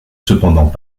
cependant